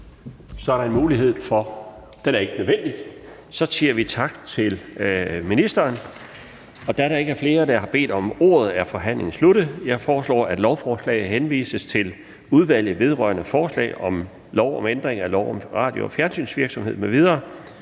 15:00 Den fg. formand (Bjarne Laustsen): Så siger vi tak til ministeren. Da der ikke er flere, der har bedt om ordet, er forhandlingen sluttet. Jeg foreslår, at lovforslaget henvises til Udvalget vedrørende forslag til lov om ændring af lov om radio- og fjernsynsvirksomhed m.v.